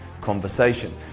conversation